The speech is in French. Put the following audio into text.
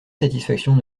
satisfaction